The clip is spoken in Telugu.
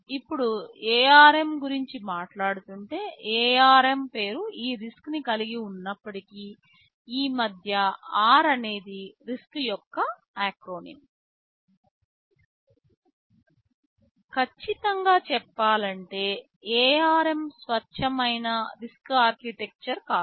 ఇప్పుడు ARM గురించి మాట్లాడుతుంటే ARM పేరు ఈ RISC ని కలిగి ఉన్నప్పటికీ ఈ మధ్య R అనేది RISC యొక్క ఎక్రోనిం ఖచ్చితంగా చెప్పాలంటే ARM స్వచ్ఛమైన RISC ఆర్కిటెక్చర్ కాదు